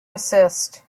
assist